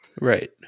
Right